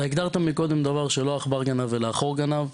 אתה הגדרת קודם שלא העכבר גנב אלא החור גנב.